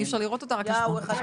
אורנה,